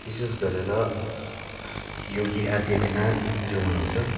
विशेष गरेर योगी आदित्यनाथ जो हुनुहुन्छ